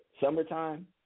Summertime